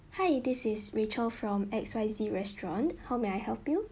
hi this is rachel from X Y Z restaurant how may I help you